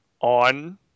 on